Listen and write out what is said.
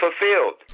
fulfilled